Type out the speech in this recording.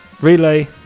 relay